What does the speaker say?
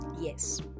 Yes